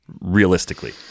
realistically